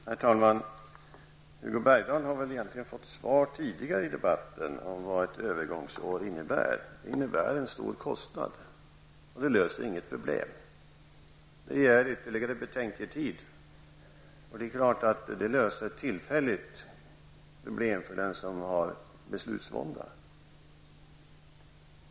Herr talman! Hugo Bergdahl har egentligen tidigare i debatten fått besked om vad ett övergångsår innebär. Det innebär en stor kostnad men löser inget problem. Det ger ytterligare betänketid, och det är klart att det tillfälligt löser problem för den som har beslutsvånda.